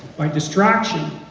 by distraction,